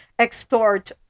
extort